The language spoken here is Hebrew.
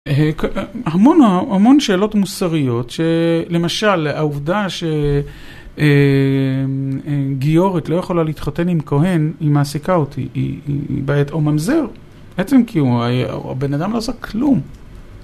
המון שאלות מוסריות, שלמשל העובדה שגיורת לא יכולה להתחתן עם כהן, היא מעסיקה אותי, היא בעיית.. או ממזר, בעצם כי הבן אדם לא עושה כלום.